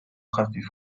خفیف